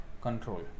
control